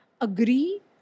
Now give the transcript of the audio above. agree